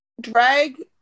drag